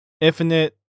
infinite